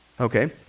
Okay